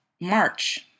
March